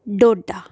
Doda